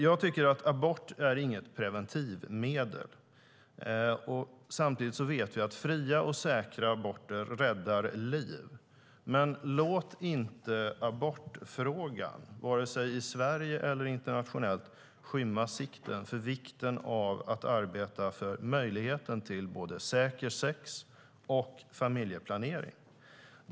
Jag tycker inte att abort är något preventivmedel. Samtidigt vet vi att fria och säkra aborter räddar liv. Men låt inte abortfrågan, varken i Sverige eller internationellt, skymma sikten för vikten av att arbeta för möjligheten till säkert sex och familjeplanering.